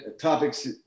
topics